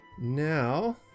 Now